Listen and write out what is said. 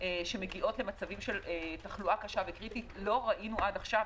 שמגיעות למצבים של תחלואה קשה וקריטית לא ראינו עד עכשיו,